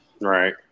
Right